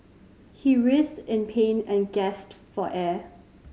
he writhed in pain and gasps for air